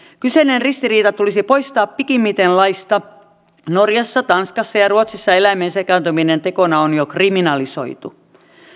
kyseinen ristiriita tulisi poistaa pikimmiten laista norjassa tanskassa ja ruotsissa eläimiin sekaantuminen tekona on jo kriminalisoitu